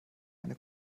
eine